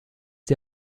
die